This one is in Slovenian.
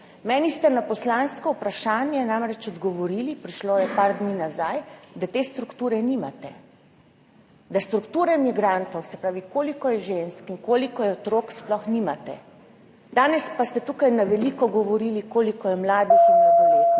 Meni ste na poslansko vprašanje namreč odgovorili - prišlo je par dni nazaj -, da te strukture nimate, da strukture migrantov, se pravi, koliko je žensk in koliko je otrok sploh nimate, danes pa ste tukaj na veliko govorili koliko je mladih in mladoletnih.